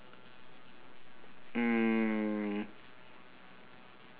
mm